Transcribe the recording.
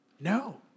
No